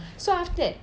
so after that